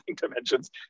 dimensions